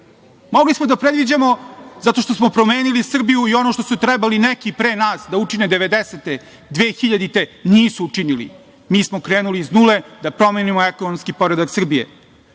smo da predviđamo zato što smo promenili Srbiju i ono što su trebali neki pre nas da učine devedesete, 2000. godine. Nisu učinili, mi smo krenuli iz nule da promenimo ekonomski poredak Srbije. Budžet